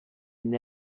une